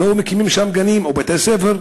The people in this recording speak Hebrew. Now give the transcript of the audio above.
לא מקימים שם גנים או בתי-ספר?